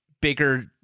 bigger